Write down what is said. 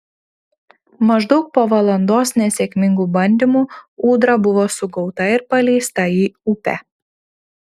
maždaug po valandos nesėkmingų bandymų ūdra buvo sugauta ir paleista į upę